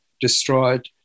destroyed